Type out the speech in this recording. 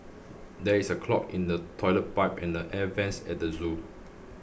there is a clog in the toilet pipe and air vents at the zoo